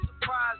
surprise